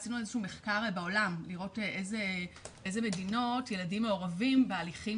עשינו מחקר בעולם לראות באיזה מדינות ילדים מעורבים בהליכים